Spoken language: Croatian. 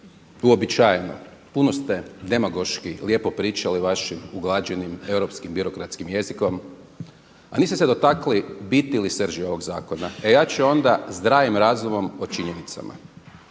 uobičajeno puno ste demagoški lijepo pričali vašim uglađenim europskim birokratskim jezikom, a niste se dotakli biti ili srži ovog zakona. A ja ću onda zdravim razumom o činjenicama.